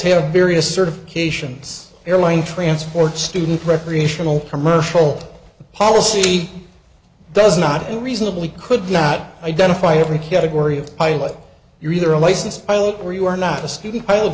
have various certifications airline transport student recreational commercial policy does not unreasonably could not identify every category of pilot you're either a licensed pilot or you are not a student pilot